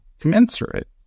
commensurate